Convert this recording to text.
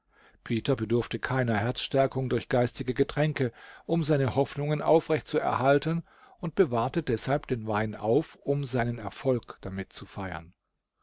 peter bedurfte keiner herzstärkung durch geistige getränke um seine hoffnungen aufrecht zu erhalten und bewahrte deshalb den wein auf um seinen erfolg damit zu feiern